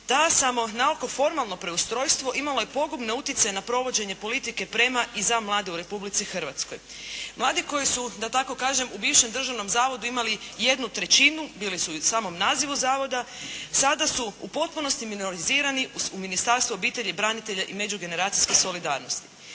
Ta samo naoko formalno preustrojstvo imalo je pogubne utjecaje na provođenje politike prema i za mlade u Republici Hrvatskoj. Mladi koji su, da tako kažem u bivšem Državnom zavodu imali jednu trećinu bili su i u samom nazivu zavoda, sada su u potpunosti minolizirani u Ministarstvu obitelji, branitelja i međugeneracijske solidarnosti.